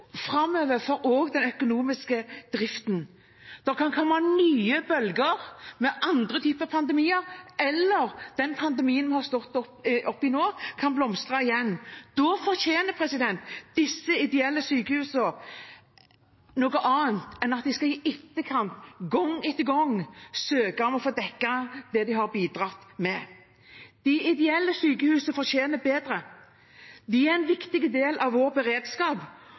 for den økonomiske driften framover. Det kan komme nye bølger med andre typer pandemier, eller den pandemien vi har stått oppe i nå, kan blomstre igjen. Da fortjener de ideelle sykehusene noe annet enn at de i etterkant, gang etter gang, skal søke om å få dekket det de har bidratt med. De ideelle sykehusene fortjener bedre. De er en viktig del av vår beredskap.